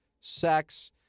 sex